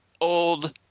old